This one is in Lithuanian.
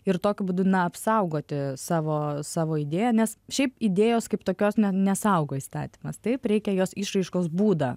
ir tokiu būdu na apsaugoti savo savo idėją nes šiaip idėjos kaip tokios nesaugo įstatymas taip reikia jos išraiškos būdą